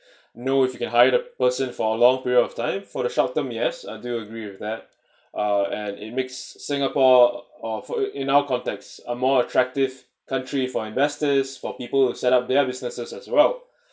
know if you can hide the person for a long period of time for the short term yes I do agree with that uh and it makes singapore uh for in our context a more attractive country for investors for people who set up their businesses as well